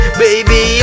baby